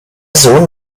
sohn